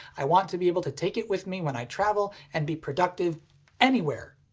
i want to be able to take it with me when i travel and be productive anywhere.